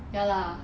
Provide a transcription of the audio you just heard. ya lah